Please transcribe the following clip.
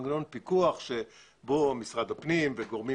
מנגנון פיקוח שבעזרתו משרד הפנים והגורמים